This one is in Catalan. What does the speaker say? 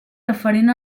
referent